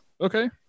okay